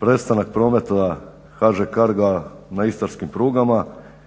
prestanak prometa HŽ Carga na istarskim prugama,